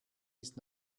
ist